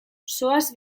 zoaz